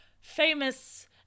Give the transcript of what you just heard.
famous